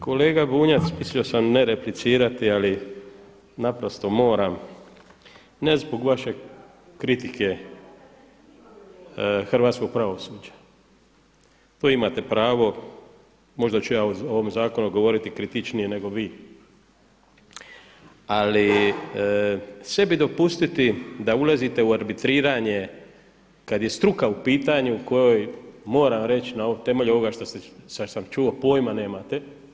Kolega Bunjac, mislio sam ne replicirati ali naprosto moram ne zbog vaše kritike hrvatskog pravosuđa, to imate pravo, možda ću ja o ovom zakonu govoriti kritičnije nego vi ali sebi dopustiti da ulazite u arbitriranje kada je struka u pitanju kojoj moram reći na temelju ovoga što sam čuo pojma nemate.